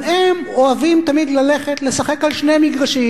אבל הם תמיד אוהבים ללכת לשחק על שני מגרשים.